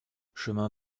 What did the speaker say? chemin